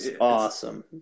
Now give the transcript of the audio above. awesome